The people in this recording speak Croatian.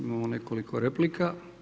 Imamo nekoliko replika.